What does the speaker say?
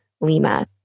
Lima